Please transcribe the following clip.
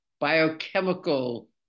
biochemical